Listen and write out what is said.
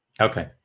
Okay